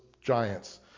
giants